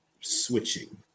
switching